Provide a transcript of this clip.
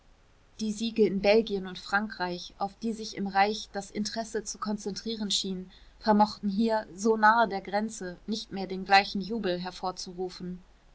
die siege in belgien und frankreich auf die sich im reich das interesse zu konzentrieren schien vermochten hier so nahe der grenze nicht mehr den gleichen jubel hervorzurufen